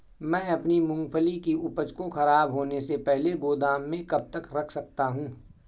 मैं अपनी मूँगफली की उपज को ख़राब होने से पहले गोदाम में कब तक रख सकता हूँ?